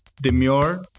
demure